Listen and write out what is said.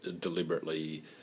deliberately